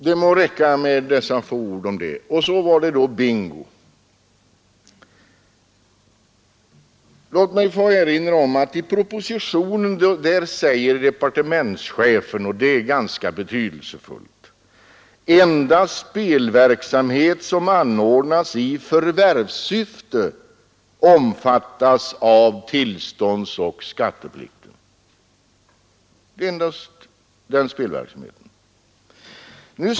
I fråga om bingo vill jag erinra om att departementschefen i propositionen säger — och det är ganska betydelsefullt — att ”endast spelverksamhet som anordnas i förvärvssyfte omfattas av tillståndsoch skatteplikten”.